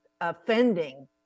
offending